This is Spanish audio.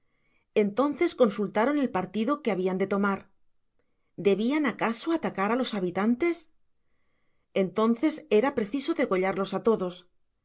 entonces consultaron el partido que habian de tomar debian acaso atacar á los habitantes entonces era preciso degollarlos á todos